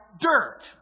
Dirt